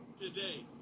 today